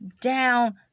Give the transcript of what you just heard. down